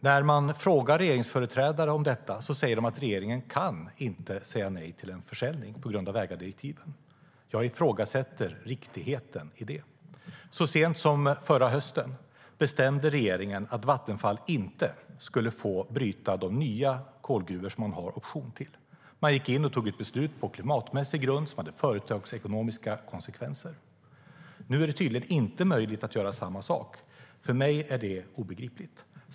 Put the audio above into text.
När man frågar regeringsföreträdare om detta säger de att regeringen på grund av ägardirektiven inte kan säga nej till en försäljning. Jag ifrågasätter riktigheten i det. Så sent som förra hösten bestämde regeringen att Vattenfall inte skulle få bryta de nya kolgruvor som man har option på. Man gick in och fattade ett beslut på klimatmässig grund som hade företagsekonomiska konsekvenser. Nu är det tydligen inte möjligt att göra samma sak. För mig är det obegripligt.